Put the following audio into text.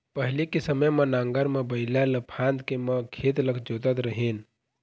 पहिली के समे म नांगर म बइला ल फांद के म खेत ल जोतत रेहेन